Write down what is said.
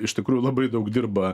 iš tikrųjų labai daug dirba